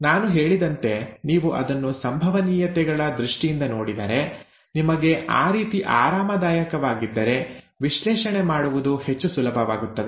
ನಾನು ಹೇಳಿದಂತೆ ನೀವು ಅದನ್ನು ಸಂಭವನೀಯತೆಗಳ ದೃಷ್ಟಿಯಿಂದ ನೋಡಿದರೆ ನಿಮಗೆ ಆ ರೀತಿ ಆರಾಮದಾಯಕವಾಗಿದ್ದರೆ ವಿಶ್ಲೇಷಣೆ ಮಾಡುವುದು ಹೆಚ್ಚು ಸುಲಭವಾಗುತ್ತದೆ